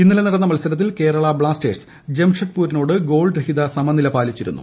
ഇന്നലെ നടന്നു മീത്സരത്തിൽ കേരളാ ബ്ലാസ്റ്റേഴ്സ് ജംഷഡ്പൂരിനോട് ഗ്വോള്റ്റർഹിത സമനില പാലിച്ചിരുന്നു